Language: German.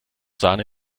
sahne